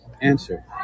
Answer